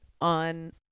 on